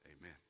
amen